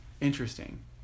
Interesting